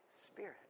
spirit